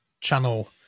channel